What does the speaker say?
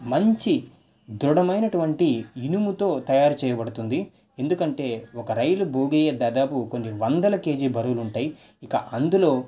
మంచి దృఢమైనటువంటి ఇనుముతో తయారు చేయబడుతుంది ఎందుకంటే ఒక రైలు భోగి దాదాపు కొన్ని వందల కేజీల బరువులుంటాయి ఇక అందులో